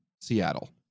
Seattle